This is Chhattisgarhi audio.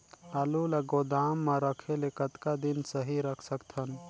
आलू ल गोदाम म रखे ले कतका दिन सही रख सकथन?